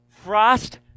frost